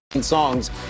songs